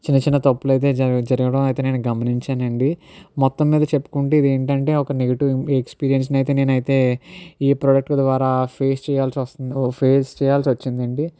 చిన్న చిన్న తప్పులైతే జరగడం అయితే నేను గమనించానండి మొత్తం మీద చెప్పుకుంటే ఇదేంటంటే ఒక నెగటివ్ ఎక్స్పీరియన్స్ నైతే నేనైతే ఈ ప్రోడక్ట్ ద్వారా ఫేస్ చేయాల్సి వచ్చిం ఫేస్ చేయాల్సి వచ్చిందండి